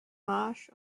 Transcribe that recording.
marsch